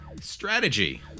Strategy